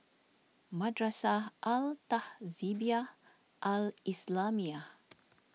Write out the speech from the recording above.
Madrasah Al Tahzibiah Al Islamiah